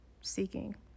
seeking